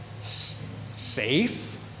safe